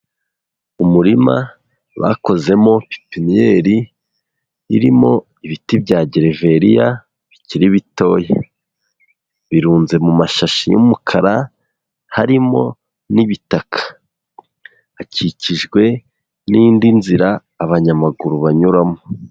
Umurima bakozemo pipiniyeri, irimo ibiti bya gereveriya bikiri bitoya. Birunze mu mashashi y'umukara, harimo n'ibitaka. Hakikijwe n'indi nzira abanyamaguru banyuramo.